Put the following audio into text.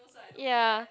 ya